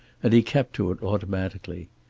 and he kept to it automatically.